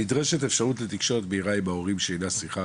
ב"נדרשת אפשרות לתקשורת מהירה עם ההורים שאינה שיחה.